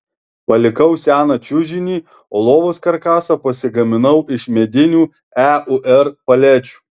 palikau seną čiužinį o lovos karkasą pasigaminau iš medinių eur palečių